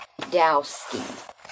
Dowski